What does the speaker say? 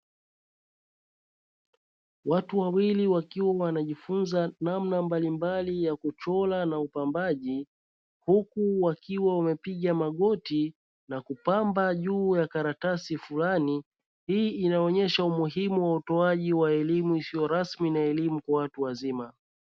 Watu wawili wakiwa wanajifunza namna mbalimbali ya kuchora na upambaji, huku wakiwa wamepiga magoti na kupamba juu ya karatasi fulani hii inaonyesha umuhimu wa utoaji wa elimu isiyo rasmi na elimu kwa watu wazima.